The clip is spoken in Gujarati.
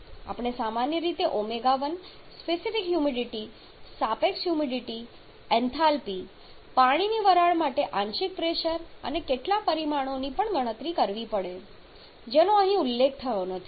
આપણે સામાન્ય રીતે ω સ્પેસિફિક હ્યુમિડિટી સાપેક્ષ હ્યુમિડિટી એન્થાલ્પી પાણીની વરાળ માટેનું આંશિક પ્રેશર અને કેટલાક પરિમાણોની પણ ગણતરી કરવી પડે છે જેનો અહીં ઉલ્લેખ થયો નથી